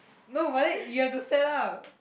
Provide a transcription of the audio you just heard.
no but then you have to set up